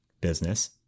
business